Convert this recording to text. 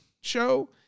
show